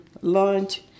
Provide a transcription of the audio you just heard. lunch